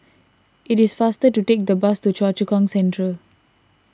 it is faster to take the bus to Choa Chu Kang Central